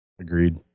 Agreed